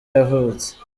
yavutse